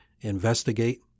investigate